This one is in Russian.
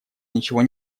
ничего